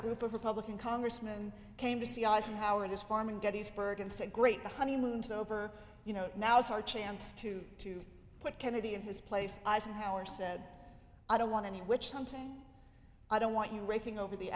group of republican congressman came to see eisenhower at his farm in gettysburg and said great the honeymoon is over you know now is our chance to to put kennedy in his place eisenhower said i don't want any witch hunting i don't want you raking over the